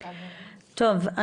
טוב,